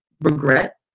regret